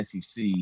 SEC